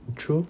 true